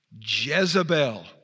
Jezebel